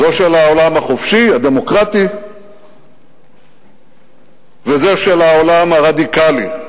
זו של העולם החופשי והדמוקרטי וזו של העולם הרדיקלי.